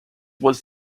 was